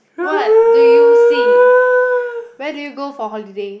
what do you see where do you go for holiday